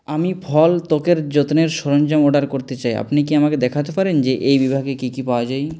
আমি ফল ত্বকের যত্নের সরঞ্জাম অর্ডার করতে চাই আপনি কি আমাকে দেখাতে পারেন যে এই বিভাগে কী কী পাওয়া যায়